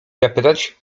zapytać